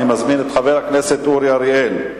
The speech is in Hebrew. אני מזמין את חבר הכנסת אורי אריאל.